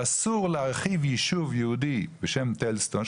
שאסור להרחיב יישוב יהודי בשם טלזסטון,